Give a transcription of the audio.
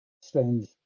strange